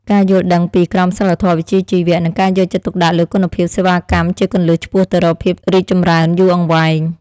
ការយល់ដឹងពីក្រមសីលធម៌វិជ្ជាជីវៈ និងការយកចិត្តទុកដាក់លើគុណភាពសេវាកម្មជាគន្លឹះឆ្ពោះទៅរកភាពរីកចម្រើនយូរអង្វែង។